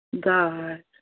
God